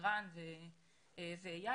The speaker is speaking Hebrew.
ורן ואייל,